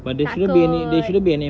takut